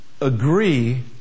agree